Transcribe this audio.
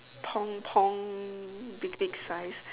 Tong tong vintage five